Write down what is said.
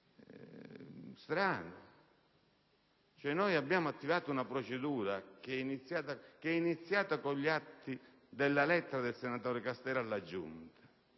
strano. È stata attivata una procedura iniziata con gli atti della lettera del senatore Castelli alla Giunta